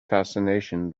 fascination